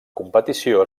competició